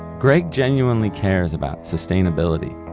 gregg genuinely cares about sustainability.